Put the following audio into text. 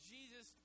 Jesus